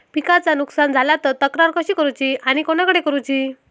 पिकाचा नुकसान झाला तर तक्रार कशी करूची आणि कोणाकडे करुची?